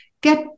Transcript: get